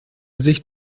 sicht